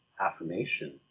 affirmation